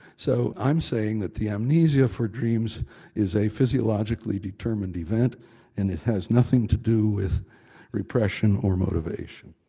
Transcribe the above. so i'm saying that the amnesia for dreams is a physiologically determined event and it has nothing to do with repression or motivation.